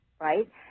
right